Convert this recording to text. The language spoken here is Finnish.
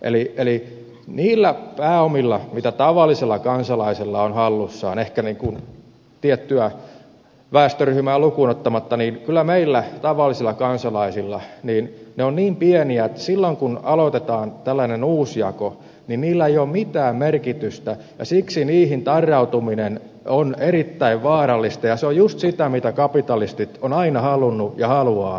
eli kyllä ne pääomat mitä meillä tavallisilla kansalaisilla on hallussamme ehkä tiettyä väestöryhmää lukuun ottamatta ovat niin pieniä että silloin kun aloitetaan tällainen uusjako niillä ei ole mitään merkitystä ja siksi niihin tarrautuminen on erittäin vaarallista ja se on just sitä mitä kapitalistit ovat aina halunneet ja haluavat